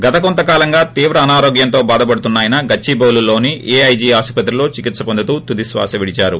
గత కొంతకాలంగా తీవ్ర అనారోగ్యంతో భాదపడుతున్న ఆయన గచ్చిబాలీలోని ఏఐజి ఆసుపత్రిలో చికిత్స పొందుతూ తుది క్వాస విడిదారు